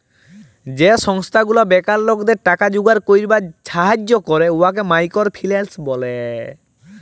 যে সংস্থা গুলা বেকার লকদের টাকা জুগাড় ক্যইরবার ছাহাজ্জ্য ক্যরে উয়াকে মাইকর ফিল্যাল্স ব্যলে